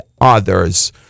others